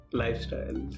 lifestyle